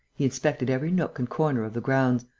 he inspected every nook and corner of the grounds,